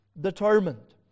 determined